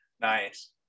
Nice